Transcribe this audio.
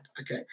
okay